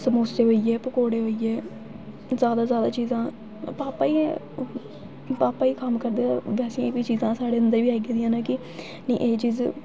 समोसे होई गे पकोड़े होई गे जैदा जैदा चीजां भापा ई भापा कम्म करदे वैसे एह्बी चीजां साढ़े अंदर बी आई गेदियां न कि एह् चीज